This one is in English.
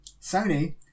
Sony